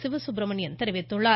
சிவசுப்பிரமணியன் தெரிவித்துள்ளார்